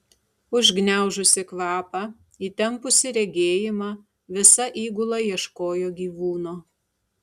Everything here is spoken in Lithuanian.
užgniaužusi kvapą įtempusi regėjimą visa įgula ieškojo gyvūno